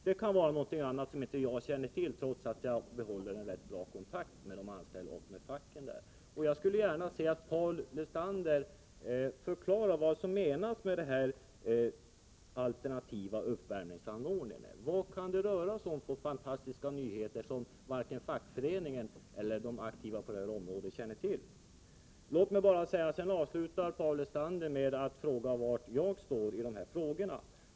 Det kan vara något som jag inte känner till, trots att jag bibehåller en rätt bra kontakt — Nr 117 med de anställda och med facket vid företaget. Jag skulle gärna vilja att Paul Fredagen den Lestander förklarade vad som menas med den här alternativa uppvärmnings 12 april 1985 anordningen. Vad kan det röra sig om för fantastiska nyheter som varken fackföreningen eller de aktiva på detta område känner till? Om Division Profi Paul Lestander avslutar sitt inlägg med att fråga var jag står i de här — jor vid SSAB frågorna.